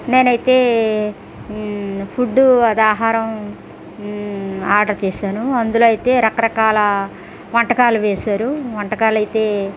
నేనైతే ఫుడ్ అదే ఆహారం ఆర్డర్ చేశాను అందులో అయితే రకరకాల వంటకాలు వేశారు వంటకాలు అయితే